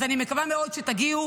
אז אני מקווה מאוד שתגיעו,